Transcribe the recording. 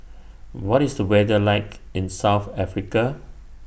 What IS The weather like in South Africa